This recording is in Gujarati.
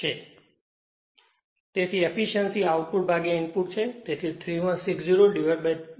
તેથી એફીશ્યંસી આઉટપુટ ઇનપુટ છે તેથી 31603300 95